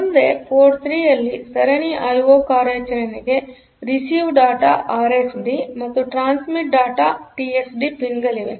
ಮುಂದೆ ಪೋರ್ಟ್ 3 ನಲ್ಲಿ ಸರಣಿ ಐಒ ಕಾರ್ಯಾಚರಣೆಗೆ ರಿಸೀವ್ ಡೇಟಾ RXD ಮತ್ತು ಟ್ರಾನ್ಸ್ಮಿತ್ ಡೇಟಾ TXD ಪಿನ್ಗಳಿವೆ